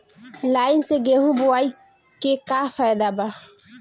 Line से गेहूं बोआई के का फायदा बा?